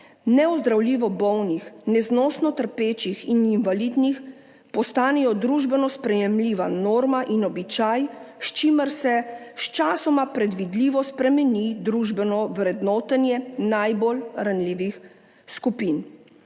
neozdravljivo bolnih, neznosno trpečih in invalidnih postanejo družbeno sprejemljiva norma in običaj, s čimer se sčasoma predvidljivo spremeni družbeno vrednotenje najbolj ranljivih skupin.